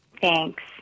Thanks